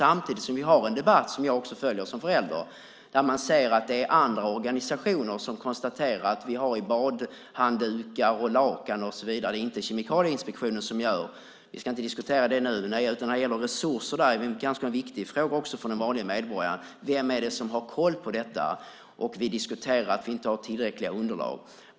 Samtidigt har vi ju en debatt som jag följer också som förälder och där det sägs att andra organisationer konstaterar vad vi har i badhanddukar, lakan och så vidare - inte Kemikalieinspektionen. Vi ska dock inte diskutera det nu. Men resurserna är också en ganska viktig fråga också för den vanliga medborgaren. Vem är det som har koll på detta? Vi diskuterar också att vi inte har tillräckliga underlag.